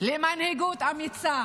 למנהיגות אמיצה